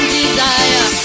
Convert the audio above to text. desire